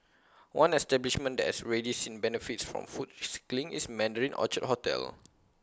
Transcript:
one establishment that has already seen benefits from food recycling is Mandarin Orchard hotel